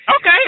Okay